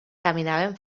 caminaven